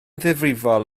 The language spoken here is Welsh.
ddifrifol